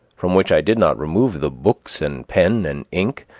from which i did not remove the books and pen and ink,